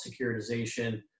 securitization